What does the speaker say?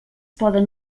poden